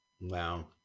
Wow